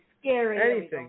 scary